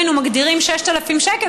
אם היינו מגדירים 6,000 שקל,